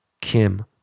Kim